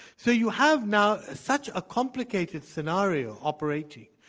so, you have now such a complicated scenario operating,